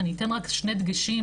אני אתן רק שני דגשים,